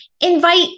invite